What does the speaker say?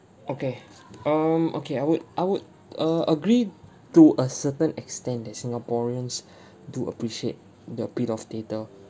okay um okay I would I would err agree to a certain extent that singaporeans do appreciate a bit of theatre